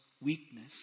weakness